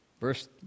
Verse